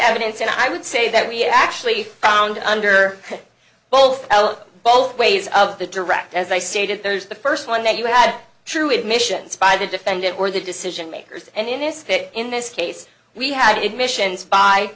evidence and i would say that we actually found under both l both ways of the direct as i stated there's the first one you had true admissions by the defendant or the decision makers and in this fit in this case we had admissions by